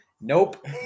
nope